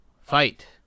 Fight